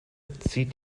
zieht